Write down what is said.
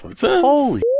Holy